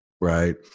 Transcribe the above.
right